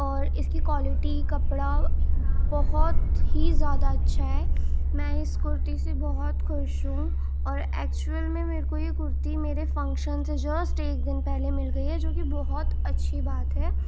اور اس کی کوالٹی کپڑا بہت ہی زیادہ اچھا ہے میں اس کرتی سے بہت خوش ہوں اور ایکچوئل میں میرے کو یہ کرتی میرے فنکشن سے جسٹ ایک دن پہلے مل گئی ہے جو کہ بہت اچھی بات ہے